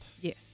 Yes